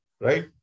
right